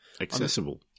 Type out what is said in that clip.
Accessible